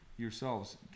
Yourselves